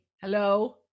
Hello